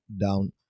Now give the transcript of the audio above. down